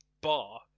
bar